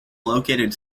located